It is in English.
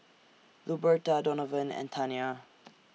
Luberta Donavan and Tania